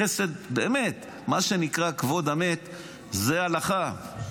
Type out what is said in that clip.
חסד, באמת, מה שנקרא "כבוד המת" זאת הלכה.